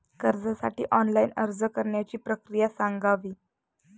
कर्जासाठी ऑनलाइन अर्ज करण्याची प्रक्रिया सांगावी